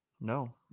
No